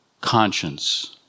conscience